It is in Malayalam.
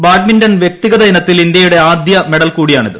ബാഡ്മിന്റൺ വൃക്തിഗത ഇനത്തിൽ ഇന്ത്യയുടെ ആദ്യ മെഡൽ ് കൂടിയാണിത്